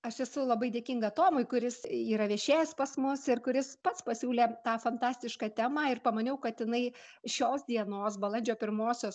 aš esu labai dėkinga tomui kuris yra viešėjęs pas mus ir kuris pats pasiūlė tą fantastišką temą ir pamaniau kad jinai šios dienos balandžio pirmosios